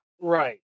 Right